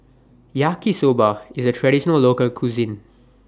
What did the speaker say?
Yaki Soba IS A Traditional Local Cuisine